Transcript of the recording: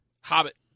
Hobbit